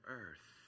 earth